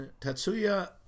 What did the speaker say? Tatsuya